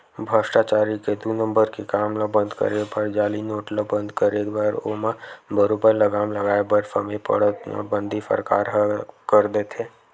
भस्टाचारी के दू नंबर के काम ल बंद करे बर जाली नोट ल बंद करे बर ओमा बरोबर लगाम लगाय बर समे पड़त नोटबंदी सरकार ह कर देथे